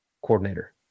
coordinator